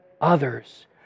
others